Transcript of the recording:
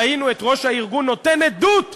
ראינו את יושב-ראש הארגון נותן עדות באו"ם,